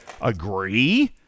agree